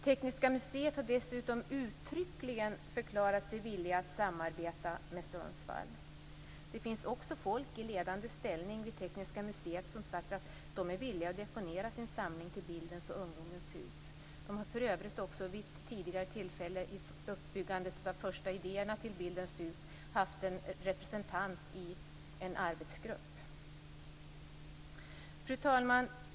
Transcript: Tekniska museet har dessutom uttryckligen förklarat sig villigt att samarbeta med Sundsvall. Det finns också personer i ledande ställning vid Tekniska museet som har sagt att de är villiga att deponera sin samling till Bildens och ungdomens hus. De har för övrigt också tidigare vid uppbyggandet av första idéerna till Bildens hus haft med en representant i en arbetsgrupp. Fru talman!